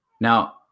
Now